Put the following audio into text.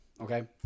Okay